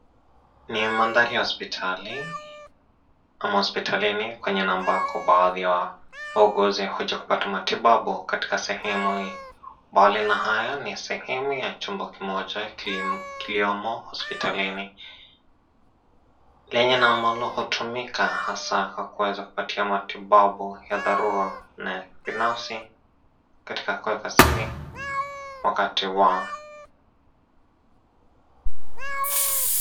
Ni mandhari ya hospitali ama hospitalini kwenye na ambako baadhi ya wauguzi huja kupata matibabu katika sehemu hii mbali na haya ni sehemu ya chumba kimoja kiliomo hospitalini, lenye na ambalo hutumika hasaa kwa kuweza kupatia matibabu ya dharura ya kibinafsi katika kueka siri wakati wa.